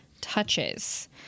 touches